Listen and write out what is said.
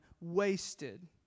wasted